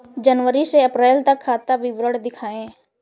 जनवरी से अप्रैल तक का खाता विवरण दिखाए?